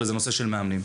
נושא המאמנים.